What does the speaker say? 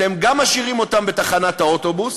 אתם גם משאירים אותם בתחנת האוטובוס,